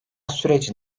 süreci